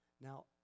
Now